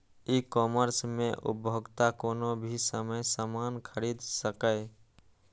ई commerce मे उपभोक्ता कोनो भी समय सामान खरीद सकैए